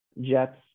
Jets